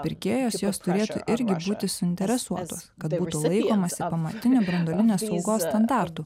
pirkėjos jos turėtų irgi būti suinteresuotos kad būtų laikomasi pamatinių branduolinės saugos standartų